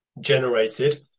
generated